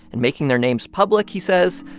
and making their names public, he says,